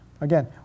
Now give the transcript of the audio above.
Again